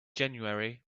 january